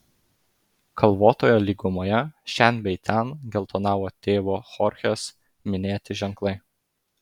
kalvotoje lygumoje šen bei ten geltonavo tėvo chorchės minėti ženklai